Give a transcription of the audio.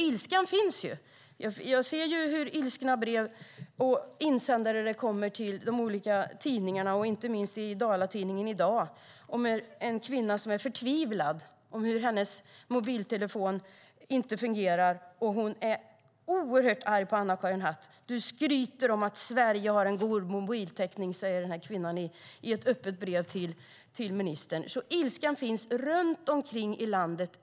Ilskan finns ju. Jag ser hur ilskna brev och insändare det kommer till de olika tidningarna. I Dalatidningen i dag skriver en kvinna som är förtvivlad över att hennes mobiltelefon inte fungerar. Hon är oerhört arg på Anna-Karin Hatt och säger i sitt öppna brev till ministern: Du skryter om att Sverige har en god mobiltäckning. Ilskan finns runt om i landet.